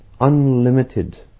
unlimited